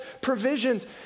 provisions